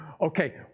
Okay